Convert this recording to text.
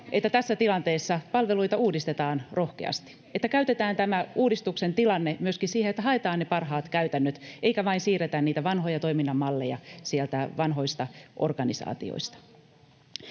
että tässä tilanteessa palveluita uudistetaan rohkeasti ja käytetään tämä uudistuksen tilanne myöskin siihen, että haetaan ne parhaat käytännöt eikä vain siirretä niitä vanhoja toiminnan malleja sieltä vanhoista organisaatioista.